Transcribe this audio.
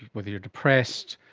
whether you are depressed,